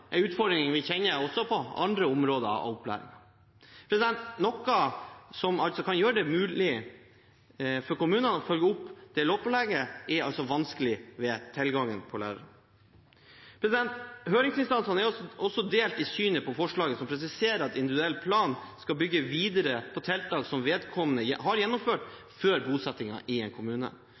utfordring vi kjenner også fra andre områder av opplæringen. Noe som kan gjøre det mulig for kommunene å følge opp det lovpålegget, blir altså vanskelig, i og med tilgangen på lærere. Høringsinstansene er også delt i synet på forslaget som presiserer at individuell plan skal bygge videre på tiltak som vedkommende har gjennomført før bosettingen i en kommune.